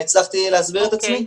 הצלחתי להסביר את עצמי?